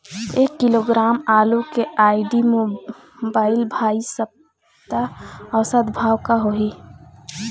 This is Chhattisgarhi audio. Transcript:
एक किलोग्राम आलू के आईडी, मोबाइल, भाई सप्ता औसत भाव का होही?